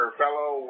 fellow